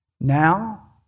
now